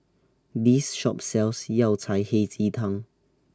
This Shop sells Yao Cai Hei Ji Tang